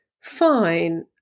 fine